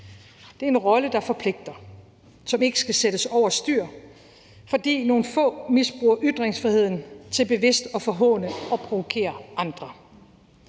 Det er en rolle, der forpligter, og som ikke skal sættes over styr, fordi nogle få misbruger ytringsfriheden til bevidst at forhåne og provokere andre.